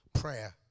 Prayer